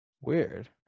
weird